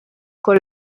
con